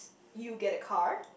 you get a car